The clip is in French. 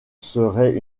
serait